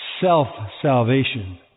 Self-salvation